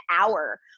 hour